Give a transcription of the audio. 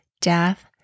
death